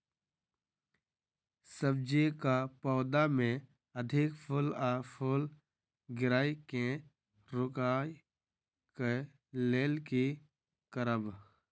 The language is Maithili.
सब्जी कऽ पौधा मे अधिक फूल आ फूल गिरय केँ रोकय कऽ लेल की करब?